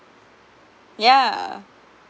yeah